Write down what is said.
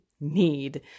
need